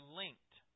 linked